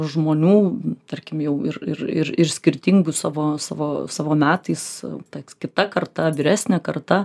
žmonių tarkim jau ir ir ir ir skirtingų savo savo savo metais ta kita karta vyresnė karta